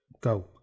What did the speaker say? Go